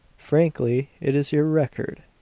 frankly, it is your record.